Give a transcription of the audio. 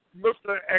Mr